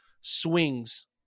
swings